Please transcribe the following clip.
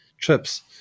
trips